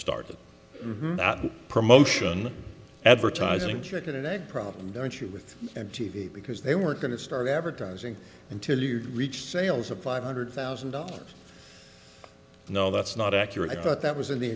started promotion advertising chicken and egg problem don't you with and t v because they weren't going to start advertising until you reach sales of five hundred thousand dollars no that's not accurate i thought that was in the